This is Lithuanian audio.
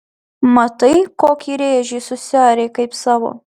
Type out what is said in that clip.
matai kokį rėžį susiarė kaip savo